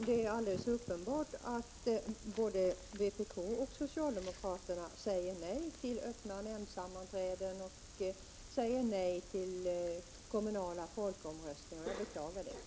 Fru talman! Det är uppenbart att både vpk och socialdemokraterna säger nej till öppna nämndsammanträden och till kommunala folkomröstningar. Jag beklagar det.